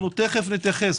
תכף נתייחס,